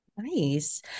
Nice